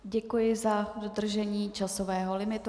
Děkuji za dodržení časového limitu.